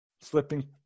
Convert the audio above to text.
slipping